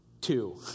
two